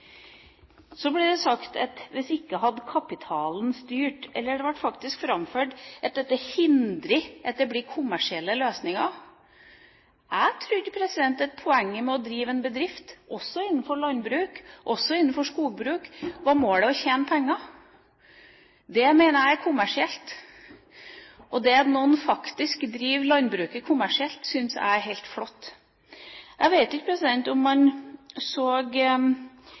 Så ble det sagt at hvis ikke hadde kapitalen styrt, eller, ble det framført, at dette hindrer at det blir kommersielle løsninger. Jeg trodde at poenget med å drive en bedrift også innenfor landbruk og innenfor skogbruk var å tjene penger. Det mener jeg er kommersielt. Det at noen driver landbruket kommersielt, syns jeg er helt flott. Jeg vet ikke om man i går så